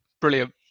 brilliant